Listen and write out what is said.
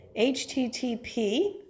HTTP